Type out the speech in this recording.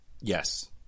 Yes